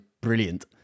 brilliant